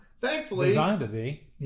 Thankfully